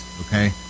okay